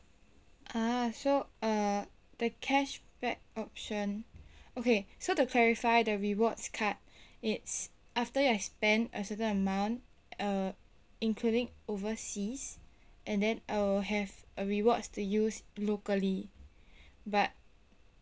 ah so uh the cashback option okay so to clarify the rewards card it's after I spend a certain amount uh including overseas and then I will have a rewards to use locally but